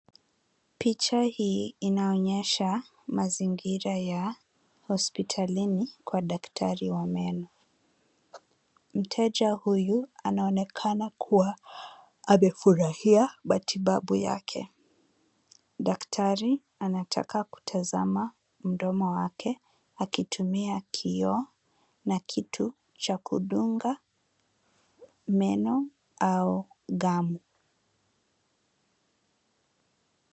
Picha hii inaonyesha mazingira ya hospitalini kwa daktari wa meno. Mteja huyu anaonekana kuwa amefurahia matibabu yake. Daktari anataka kutazama mdomo wake akitumia kioo na kitu cha kudunga meno au gamu.